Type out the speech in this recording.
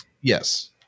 yes